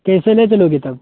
کیسے لے چلو گے تب